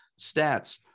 stats